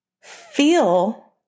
feel